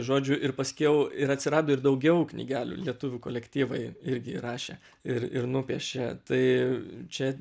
žodžiu ir paskiau ir atsirado ir daugiau knygelių lietuvių kolektyvai irgi įrašė ir ir nupiešė tai čia